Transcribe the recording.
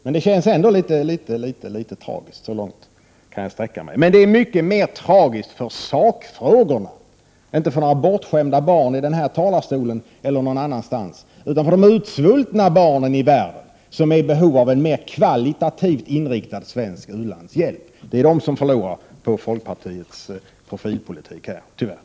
Det känns ändå litet tragiskt — så långt kan jag sträcka mig — men det är mycket mera tragiskt för sakfrågorna. Det är inte några bortskämda barn i den här talarstolen eller någon annanstans utan de utsvultna barnen i världen, som är i behov av en mer kvalitativt inriktad svensk u-landshjälp, som förlorar på folkpartiets profilpolitik här, tyvärr.